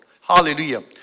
Hallelujah